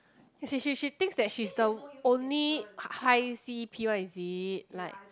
as in she she thinks that she's the only high high C_E_P one is it like